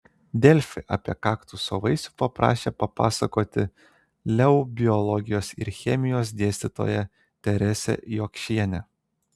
delfi apie kaktuso vaisių paprašė papasakoti leu biologijos ir chemijos dėstytoją teresę jokšienę